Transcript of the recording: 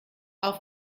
auf